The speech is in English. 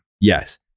Yes